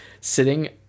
sitting